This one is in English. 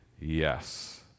yes